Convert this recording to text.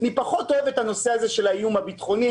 אני פחות אוהב את הנושא הזה של האיום הביטחוני.